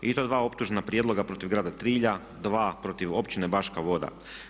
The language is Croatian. to dva optužna prijedloga protiv grada Trilja, dva protiv općine Baška voda.